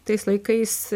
tais laikais